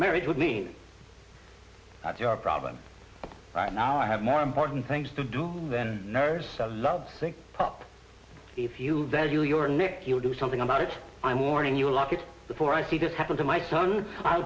marriage would mean that your problem right now i have more important things to do than nurse i love pop if you value your nick you'll do something about it i'm warning you like it before i see this happen to my son i